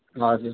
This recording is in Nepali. हजुर